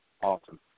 Awesome